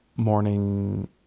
Morning